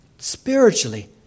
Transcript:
spiritually